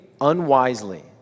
unwisely